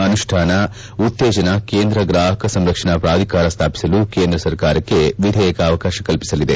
ಅನುಷ್ಟಾನ ಹಾಗೂ ಉತ್ತೇಜಿಸಲು ಕೇಂದ್ರ ಗ್ರಾಹಕ ಸಂರಕ್ಷಣಾ ಪ್ರಾಧಿಕಾರ ಸ್ವಾಪಿಸಲು ಕೇಂದ್ರ ಸರ್ಕಾರಕ್ಕೆ ವಿಧೇಯಕ ಅವಕಾಶ ಕಲ್ಪಸಲಿದೆ